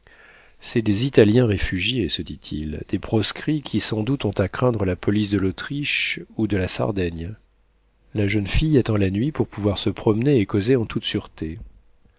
c'est des italiens réfugiés se dit-il des proscrits qui sans doute ont à craindre la police de l'autriche ou de la sardaigne la jeune fille attend la nuit pour pouvoir se promener et causer en toute sûreté